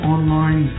Online